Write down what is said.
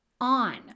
on